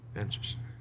Interesting